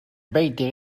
beter